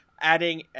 adding